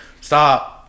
Stop